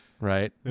Right